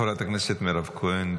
חברת הכנסת מירב כהן,